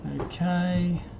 Okay